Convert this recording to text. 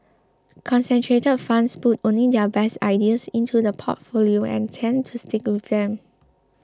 concentrated funds put only their best ideas into the portfolio and tend to stick with them